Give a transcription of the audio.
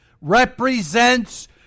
represents